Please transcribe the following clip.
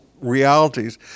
realities